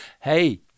Hey